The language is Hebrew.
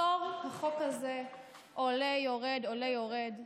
עשור החוק הזה עולה, יורד, עולה, יורד,